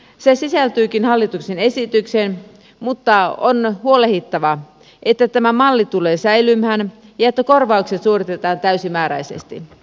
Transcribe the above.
se sisältyykin hallituksen esitykseen mutta on huolehdittava että tämä malli tulee säilymään ja että korvaukset suoritetaan täysimääräisesti